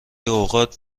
اوقات